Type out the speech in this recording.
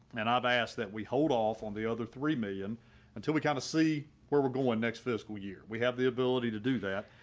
and i've asked that we hold off on the other three million until we kind of see where we're going next fiscal year, we have the ability to do that.